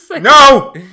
No